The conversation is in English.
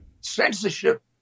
censorship